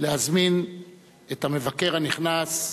להזמין את המבקר הנכנס,